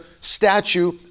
statue